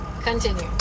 Continue